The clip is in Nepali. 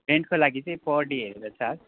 रेन्टको लागि चाहिँ पर डे हेरेर छ